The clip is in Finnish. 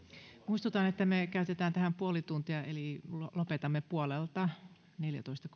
muistutan että me käytämme tähän puoli tuntia eli lopetamme puolelta neljästoista